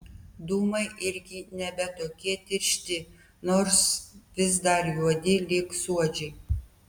dūmai irgi nebe tokie tiršti nors vis dar juodi lyg suodžiai